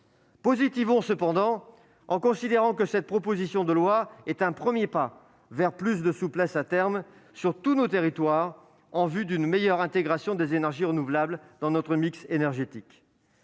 Positivons cependant en considérant que cette proposition de loi est un premier pas vers plus de souplesse, à terme, sur tous nos territoires, pour une meilleure intégration des énergies renouvelables dans notre mix énergétique.